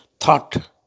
Thought